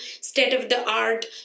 state-of-the-art